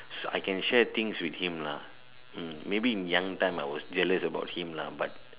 so I can share thing with him lah hmm maybe in young time I am jealous about him ah but